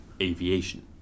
aviation